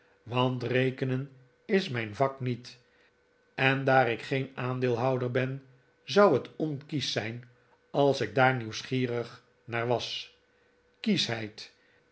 want rekenen is mijn vak niet en daar ik geen aandeelhouder ben zou het onkiesch zijn als ik daar nieuwsgierig naar was kieschheid